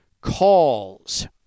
calls